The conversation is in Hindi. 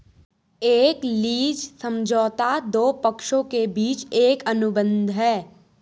एक लीज समझौता दो पक्षों के बीच एक अनुबंध है